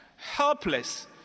Helpless